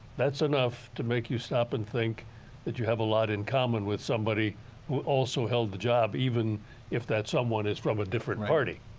that's enough to make you stop and think you have a lot in common with somebody who also held the job even if that someone is from a different party.